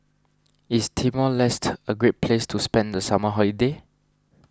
is Timor Leste a great place to spend the summer holiday